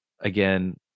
again